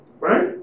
right